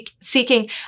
seeking